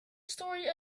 story